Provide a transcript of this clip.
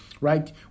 right